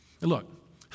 Look